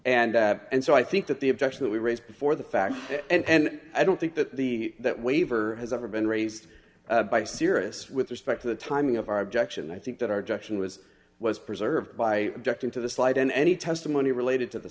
and and so i think that the objection that we raised before the fact and i don't think that the that waiver has ever been raised by serious with respect to the timing of our objection i think that our jackson was was preserved by objecting to the slide in any testimony related to the